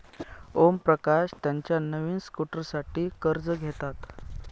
ओमप्रकाश त्याच्या नवीन स्कूटरसाठी कर्ज घेतात